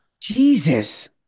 Jesus